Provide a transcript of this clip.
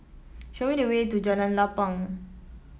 show me the way to Jalan Lapang